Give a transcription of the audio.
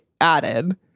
added